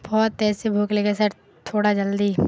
بہت تیز سے بھوک لگی ہے سر تھوڑا جلدی